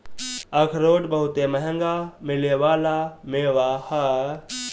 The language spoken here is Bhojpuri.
अखरोट बहुते मंहगा मिले वाला मेवा ह